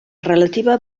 relativa